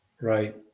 right